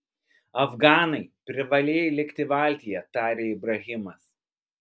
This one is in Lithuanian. afganai privalėjai likti valtyje tarė ibrahimas